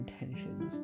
intentions